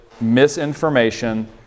misinformation